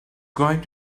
going